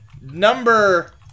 number